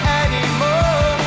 anymore